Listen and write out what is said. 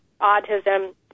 autism